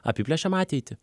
apiplėšiam ateitį